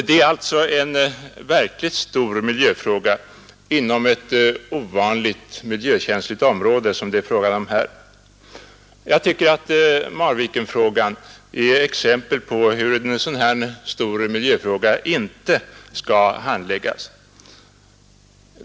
Det är alltså en verkligt stor miljöfråga inom ett ovanligt miljökänsligt område som det rör sig om här. Jag tycker att Marvikenprojektet är ett exempel på hur en sådan här stor miljöfråga inte skall handläggas.